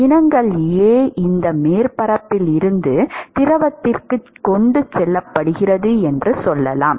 இனங்கள் A இந்த மேற்பரப்பில் இருந்து திரவத்திற்கு கொண்டு செல்லப்படுகிறது என்று சொல்லலாம்